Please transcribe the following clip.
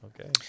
Okay